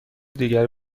دیگر